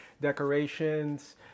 decorations